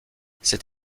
c’est